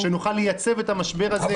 -- שנוכל לייצב את המשבר הזה.